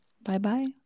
bye-bye